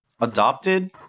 adopted